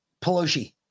Pelosi